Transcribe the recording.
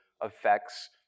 affects